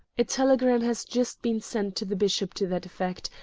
a telegram has just been sent to the bishop to that effect,